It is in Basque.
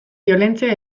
biolentzia